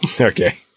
Okay